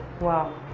wow